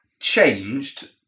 changed